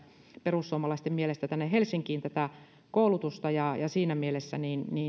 perussuomalaisten mielestä mieluummin keskittämässä tänne helsinkiin tätä koulutusta siinä mielessä